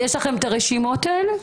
יש לכם את הרשימות האלה?